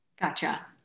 Gotcha